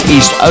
East